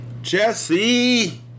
Jesse